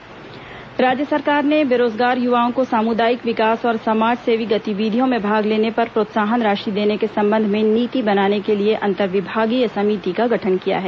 बेरोजगार अंतर्विभागीय समिति राज्य सरकार ने बेरोजगार युवाओं को सामुदायिक विकास और समाज सेवी गतिविधियों में भाग लेने पर प्रोत्साहन राशि देने के संबंध में नीति बनाने के लिए अंतर्विभागीय समिति का गठन किया है